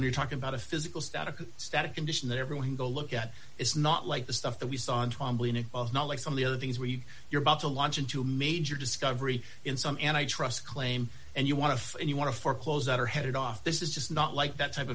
when you're talking about a physical static static condition that everyone go look at it's not like the stuff that we saw and not like some of the other things where you you're about to launch into a major discovery in some and i trust claim and you want to and you want to foreclose or headed off this is just not like that type